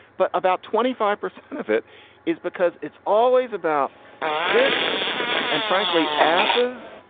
but about twenty five percent of it is because it's always about dicks and frankly asses.